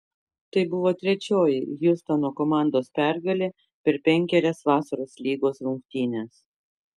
tai buvo trečioji hjustono komandos pergalė per penkerias vasaros lygos rungtynes